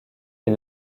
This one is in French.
est